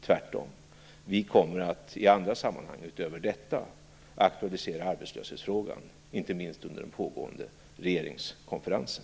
Tvärtom kommer vi att i andra sammanhang, utöver detta, aktualisera arbetslöshetsfrågan, inte minst under den pågående regeringskonferensen.